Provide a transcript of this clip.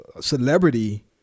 celebrity